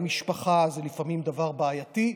והמשפחה היא לפעמים דבר בעייתי,